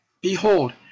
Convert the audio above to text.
Behold